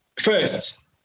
first